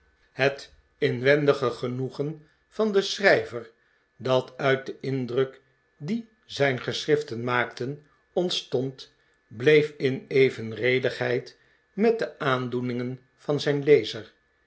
het inwendige genoegen van den schrijver dat uit den indruk dien zijn geschriften maakten ontstond bleef in evenredigheid met de aandoeningen van den lezer